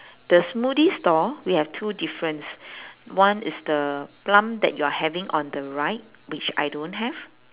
the smoothie store we have two difference one is the plum that you're having on the right which I don't have